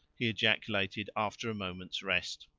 he ejaculated after a moment's rest.